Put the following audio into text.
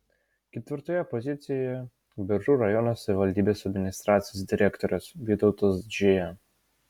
ketvirtojoje pozicijoje biržų rajono savivaldybės administracijos direktorius vytautas džėja